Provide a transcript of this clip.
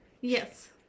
Yes